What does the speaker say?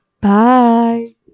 Bye